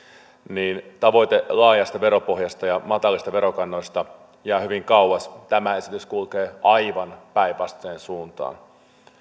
niin tavoite laajasta veropohjasta ja matalista verokannoista jää hyvin kauas tämä esitys kulkee aivan päinvastaiseen suuntaan